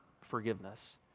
forgiveness